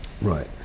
right